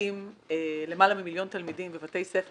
שנמצאים למעלה ממיליון תלמידים בבתי הספר